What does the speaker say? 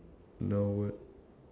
now what